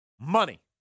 Money